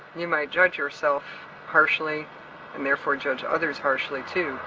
you might judge yourself harshly and therefore judge others harshly too